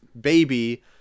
baby